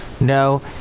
No